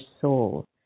soul